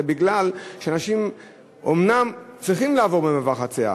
זה מפני שאנשים אומנם צריכים לעבור במעבר חציה.